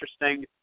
interesting